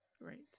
Right